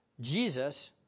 Jesus